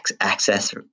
access